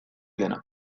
dena